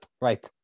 Right